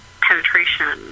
penetration